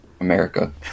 America